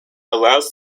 allows